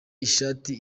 ishati